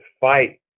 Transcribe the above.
fight